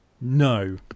No